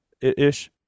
ish